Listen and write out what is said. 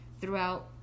throughout